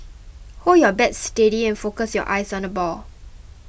hold your bat steady and focus your eyes on the ball